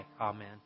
Amen